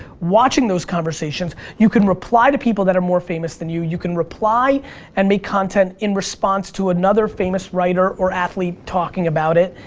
watching those conversations. you can reply to people that are more famous than you. you can reply and make content in response to another famous writer or athlete talking about it.